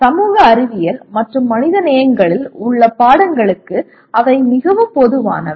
சமூக அறிவியல் மற்றும் மனிதநேயங்களில் உள்ள பாடங்களுக்கு அவை மிகவும் பொதுவானவை